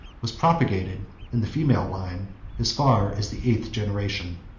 was propagated in the female line as far as the eighth generation.